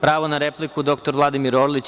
Pravo na repliku dr Vladimir Orlić.